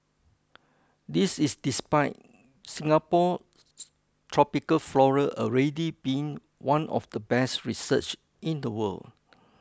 this is despite Singapore tropical flora already being one of the best researched in the world